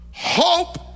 hope